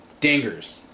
dingers